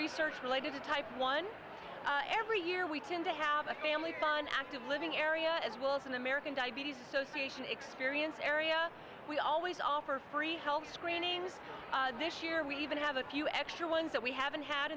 research related to type one every year we tend to have a family fun active living area as well as an american diabetes association experience area we always offer free health screenings this year we even have a few extra ones that we haven't had